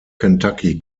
kentucky